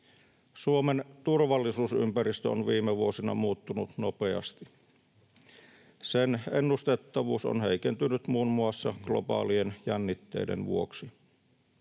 Suomen turvallisuusympäristö on viime vuosina muuttunut nopeasti. Sen ennustettavuus on heikentynyt muun muassa globaalien jännitteiden vuoksi.